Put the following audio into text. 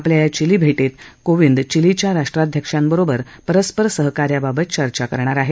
आपल्या या चिली भेटीत कोविंद चिलीच्या राष्ट्राध्यक्षांबरोबर परस्पर सहाकार्याबाबत चर्चा करणार आहेत